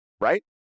Right